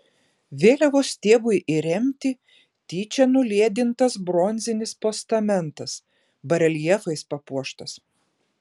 vėliavos stiebui įremti tyčia nuliedintas bronzinis postamentas bareljefais papuoštas